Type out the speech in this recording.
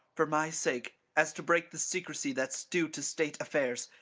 for my sake, as to break the secrecy that's due to state affairs,